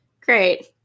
great